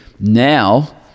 Now